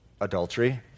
Adultery